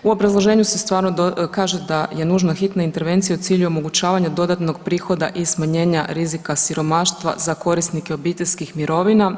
U obrazloženju se stvarno kaže da je nužna hitna intervencija u cilju omogućavanja dodatnog prihoda i smanjenja rizika siromaštva za korisnike obiteljskih mirovina.